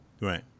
Right